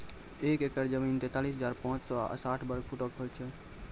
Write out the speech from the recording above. एक एकड़ जमीन, तैंतालीस हजार पांच सौ साठ वर्ग फुटो के होय छै